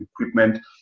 equipment